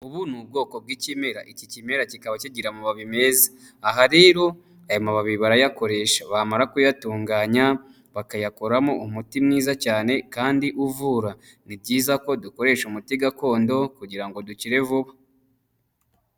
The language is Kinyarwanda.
Ubu ni ubwoko bw'ikimera. Iki kimera kikaba kigira amababi meza; aha rero ayo mababi barayakoresha bamara kuyatunganya, bakayakoramo umuti mwiza cyane kandi uvura. Ni byiza ko dukoresha umuti gakondo kugira ngo dukire vuba.